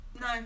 no